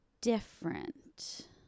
different